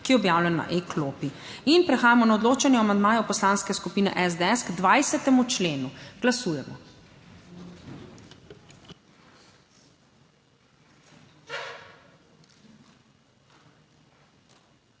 ki je objavljen na e-klopi. Prehajamo na odločanje o amandmaju poslanske skupine SDS k 20. členu. Glasujemo.